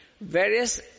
Various